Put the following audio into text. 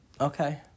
Okay